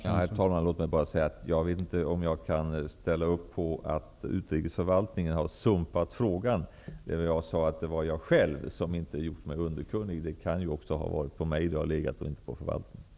Herr talman! Låt mig bara säga att jag nog inte kan gå med på att utrikesförvaltningen har sumpat frågan. Jag sade att det var jag själv som inte har gjort mig underkunnig. Det kan ju ha legat på mig och inte på förvaltningen.